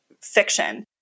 fiction